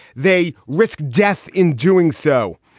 they risk death in doing so.